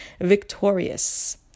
victorious